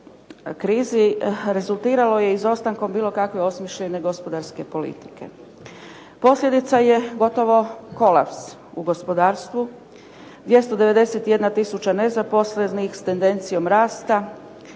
krizi, rezultiralo je izostankom bilo kakve osmišljene gospodarske politike. Posljedica je gotovo kolaps u gospodarstvu, 291 tisuća nezaposlenih s tendencijom rasta,